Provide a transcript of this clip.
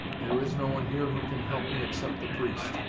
there is no one here who can help me except the priest,